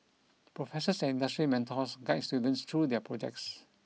professors and industry mentors guides students through their projects